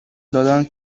دادند